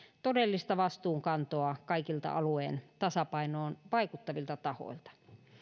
todellista vastuunkantoa kaikilta alueen tasapainoon vaikuttavilta tahoilta